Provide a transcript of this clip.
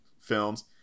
films